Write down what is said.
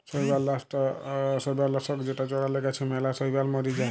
শৈবাল লাশক যেটা চ্ড়ালে গাছে ম্যালা শৈবাল ম্যরে যায়